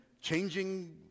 changing